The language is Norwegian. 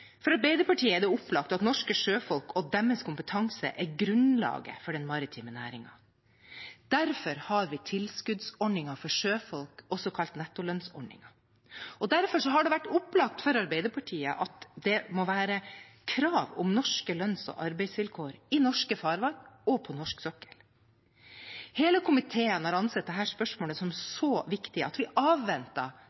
For Arbeiderpartiet er det opplagt at norske sjøfolk og deres kompetanse er grunnlaget for den maritime næringen. Derfor har vi tilskuddsordninger for sjøfolk, også kalt nettolønnsordningen, og derfor har det vært opplagt for Arbeiderpartiet at det må være krav om norske lønns- og arbeidsvilkår i norske farvann og på norsk sokkel. Hele komiteen har ansett dette spørsmålet som